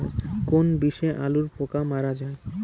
কোন বিষে আলুর পোকা মারা যায়?